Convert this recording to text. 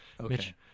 Okay